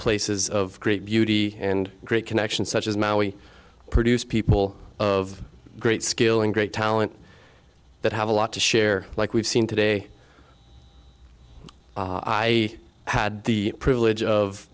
places of great beauty and great connection such as maui produced people of great skill and great talent that have a lot to share like we've seen today i had the privilege of